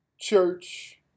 church